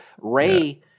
Ray